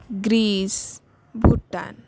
Greece Bhutan